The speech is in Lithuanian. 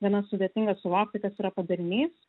gana sudėtinga suvokti kas yra padarinys